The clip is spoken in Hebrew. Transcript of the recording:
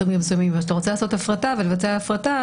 כשאתה רוצה לעשות הפרטה ולבצע הפרטה,